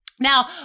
Now